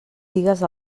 digues